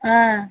ஆ